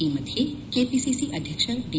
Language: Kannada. ಈ ಮಧ್ಯೆ ಕೆಪಿಸಿಸಿ ಅಧ್ಯಕ್ಷ ದಿ